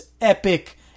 epic